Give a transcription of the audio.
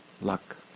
luck